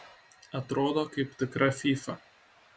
atrodo kaip tikra fyfa